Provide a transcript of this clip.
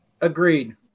Agreed